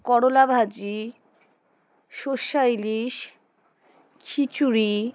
করলা ভাজি সর্ষে ইলিশ খিচুড়ি